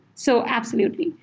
so, absolutely.